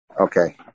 Okay